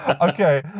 Okay